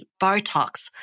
Botox